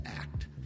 act